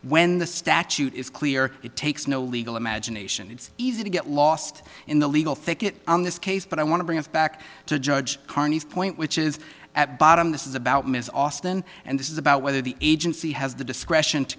when the statute is clear it takes no legal imagination it's easy to get lost in the legal thicket on this case but i want to bring us back to judge carney's point which is at bottom this is about ms austin and this is about whether the agency has the discretion to